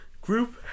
Group